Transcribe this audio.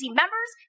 members